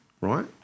right